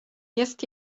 jest